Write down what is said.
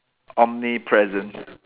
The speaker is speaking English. omnipresent